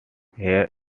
here